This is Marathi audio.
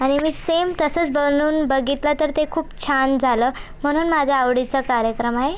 आणि मी सेम तसंच बनवून बघितलं तर ते खूप छान झालं म्हणून माझ्या आवडीचा कार्यक्रम आहे